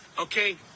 Okay